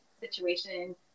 situation